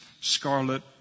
scarlet